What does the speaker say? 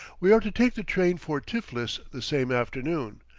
we are to take the train for tiflis the same afternoon,